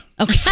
Okay